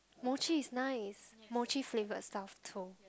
mochi is nice mochi flavoured stuff too